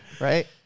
right